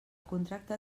contracte